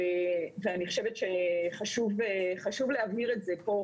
אני חושבת שחשוב להבהיר את זה כאן